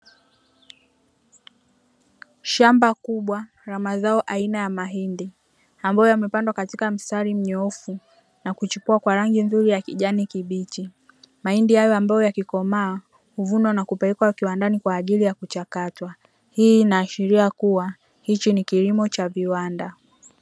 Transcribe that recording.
Shamba kubwa la mazao aina ya mahindi ambayo yamepandwa katika mstari mnyoofu, na kuchipua kwa rangi nzuri ya kijani kibichi. Mahindi hayo ambayo yakikomaa huvunwa na kupelekwa kiwandani kwa ajili ya kuchakatwa. Hii inaashiria kuwa hichi ni kilimo cha viwanda.